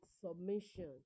submission